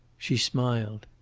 she smiled.